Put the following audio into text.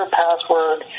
password